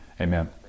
amen